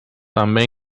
també